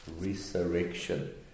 resurrection